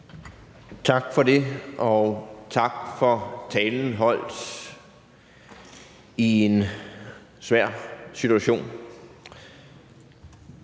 Tak for det. Og tak for talen holdt i en svær situation.